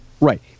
Right